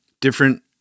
different